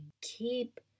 keep